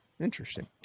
Interesting